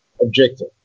objective